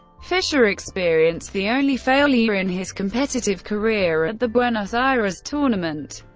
fischer experienced the only failure in his competitive career at the buenos aires tournament,